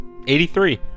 83